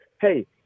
hey